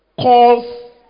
calls